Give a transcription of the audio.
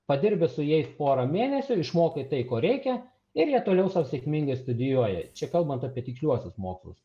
padirbęs su jais porą mėnesių išmokai tai ko reikia ir jie toliau sau sėkmingai studijuoja čia kalbant apie tiksliuosius mokslus